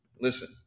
listen